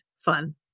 fun